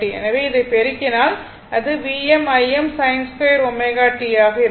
எனவே இதைப் பெருக்கினால் அது Vm Im sin 2 ω t ஆக இருக்கும்